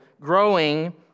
growing